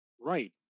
Right